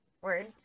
Word